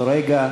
לא סיבה לצחוק.